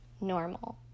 normal